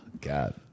God